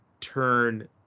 turn